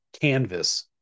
canvas